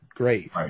great